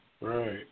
right